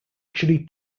actually